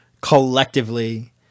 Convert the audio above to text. collectively